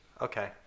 Okay